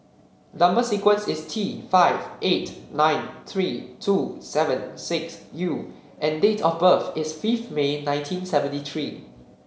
number sequence is T five eight nine three two seven six U and date of birth is fifth May nineteen seventy three